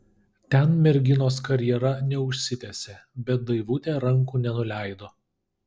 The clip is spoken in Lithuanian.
ten merginos karjera neužsitęsė bet daivutė rankų nenuleido